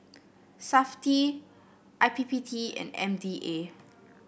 Safti I P P T and M D A